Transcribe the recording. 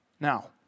Now